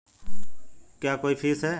क्या कोई फीस है?